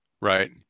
Right